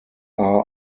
are